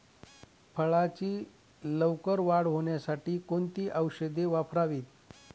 फळाची लवकर वाढ होण्यासाठी कोणती औषधे वापरावीत?